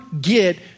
get